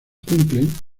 cumplen